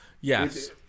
yes